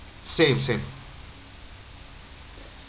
same same